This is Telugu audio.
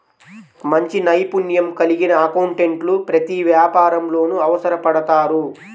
మంచి నైపుణ్యం కలిగిన అకౌంటెంట్లు ప్రతి వ్యాపారంలోనూ అవసరపడతారు